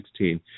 2016